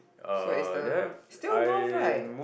so it's the still north right